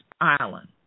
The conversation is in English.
Island